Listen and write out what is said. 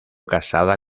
casada